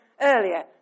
earlier